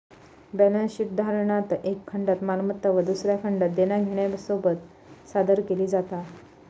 balance शीटसाधारणतः एका खंडात मालमत्ता व दुसऱ्या खंडात देना घेण्यासोबत सादर केली जाता